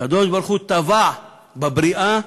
הקדוש-ברוך-הוא טבע בבריאה,